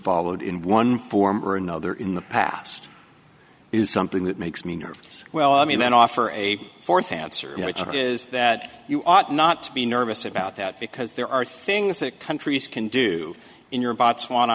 followed in one form or another in the past is something that makes me nervous well i mean that offer a fourth answer is that you ought not to be nervous about that because there are things that countries can do in your